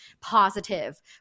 positive